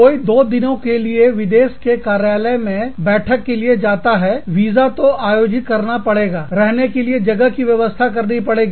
कोई दो दिनों के लिए विदेश के कार्यालय में बैठक के लिए जाता है वीजा तो आयोजित करना पड़ेगारहने के लिए जगह की व्यवस्था करनी पड़ेगी